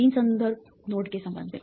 3 संदर्भ नोड के संबंध में